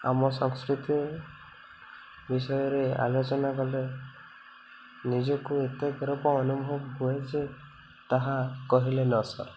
ଆମ ସଂସ୍କୃତି ବିଷୟରେ ଆଲୋଚନା କଲେ ନିଜକୁ ଏତେ ଗର୍ବ ଅନୁଭବ ହୁଏ ଯେ ତାହା କହିଲେ ନ ସରେ